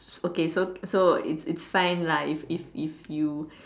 okay so so it's it's fine lah if if if you